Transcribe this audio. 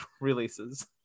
releases